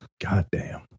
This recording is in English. Goddamn